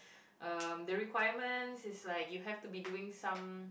um the requirement is like you have to be doing some